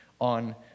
on